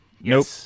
Nope